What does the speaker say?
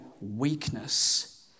weakness